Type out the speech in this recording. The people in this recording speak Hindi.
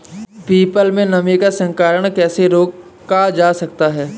पीपल में नीम का संकरण कैसे रोका जा सकता है?